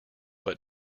but